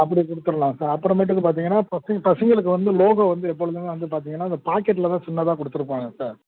அப்படி கொடுத்துட்லாம் சார் அப்புறமேட்டுக்கு பார்த்தீங்கன்னா இப்போ பசங்களுக்கு வந்து லோகோ வந்து எப்பொழுதுமே வந்து பார்த்தீங்கன்னா இந்த பாக்கெட்டில் தான் சின்னதாக கொடுத்துருப்பாங்க சார்